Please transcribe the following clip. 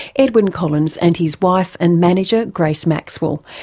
edwyn collins and his wife and manager grace maxwell,